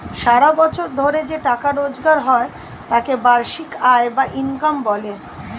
সারা বছর ধরে যে টাকা রোজগার হয় তাকে বার্ষিক আয় বা ইনকাম বলে